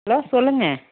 hello சொல்லுங்கள்